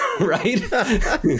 Right